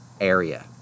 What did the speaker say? area